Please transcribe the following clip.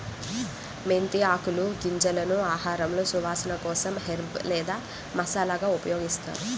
మెంతి ఆకులు, గింజలను ఆహారంలో సువాసన కోసం హెర్బ్ లేదా మసాలాగా ఉపయోగిస్తారు